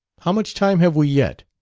how much time have we yet?